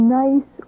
nice